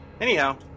anyhow